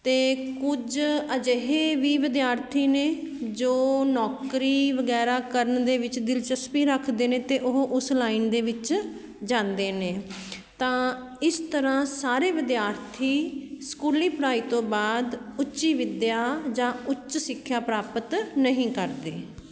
ਅਤੇ ਕੁਝ ਅਜਿਹੇ ਵੀ ਵਿਦਿਆਰਥੀ ਨੇ ਜੋ ਨੌਕਰੀ ਵਗੈਰਾ ਕਰਨ ਦੇ ਵਿੱਚ ਦਿਲਚਸਪੀ ਰੱਖਦੇ ਨੇ ਅਤੇ ਉਹ ਉਸ ਲਾਈਨ ਦੇ ਵਿੱਚ ਜਾਂਦੇ ਨੇ ਤਾਂ ਇਸ ਤਰ੍ਹਾਂ ਸਾਰੇ ਵਿਦਿਆਰਥੀ ਸਕੂਲੀ ਪੜ੍ਹਾਈ ਤੋਂ ਬਾਅਦ ਉੱਚੀ ਵਿੱਦਿਆ ਜਾਂ ਉੱਚ ਸਿੱਖਿਆ ਪ੍ਰਾਪਤ ਨਹੀਂ ਕਰਦੇ